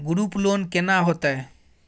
Group loan केना होतै?